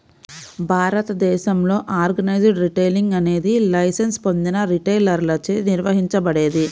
భారతదేశంలో organised retailing అనేది licence పొందిన రిటైలర్లచే నిర్వహించబడేది